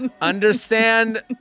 Understand